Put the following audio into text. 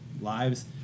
lives